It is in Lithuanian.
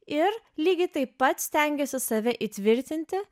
ir lygiai taip pat stengiasi save įtvirtinti